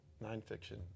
non-fiction